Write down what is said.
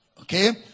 Okay